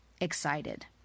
excited